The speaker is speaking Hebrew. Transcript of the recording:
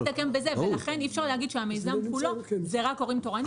ולכן אי אפשר להגיד שהמיזם כולו זה רק הורים תורנים.